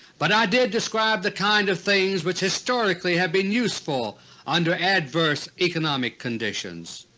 but i did describe the kind of things which historically have been useful under adverse economic conditions.